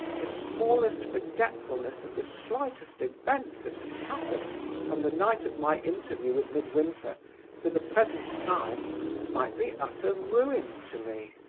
the smallest forgetfulness of the slightest event that has happened from the night of my interview with midwinter to the present time might be utter ruin to me.